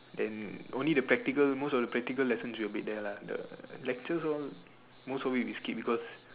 the only the practical most of the practical lesson we will be there lah the lectures all most of it we skip because